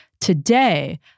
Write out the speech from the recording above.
today